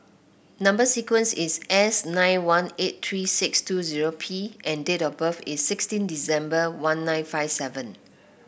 number sequence is S nine one eight three six two zero P and date of birth is sixteen December one nine five seven